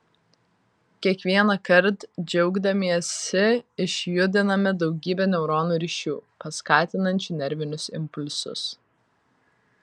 kiekvienąkart džiaugdamiesi išjudiname daugybę neuronų ryšių paskatinančių nervinius impulsus